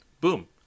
Boom